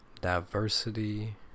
Diversity